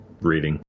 reading